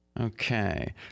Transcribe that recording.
Okay